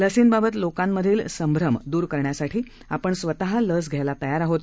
लसींबाबत लोकांमधील संभ्रम दूर करण्यासाठी आपण स्वतः लस घ्यायला तयार आहोत